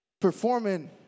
performing